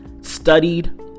studied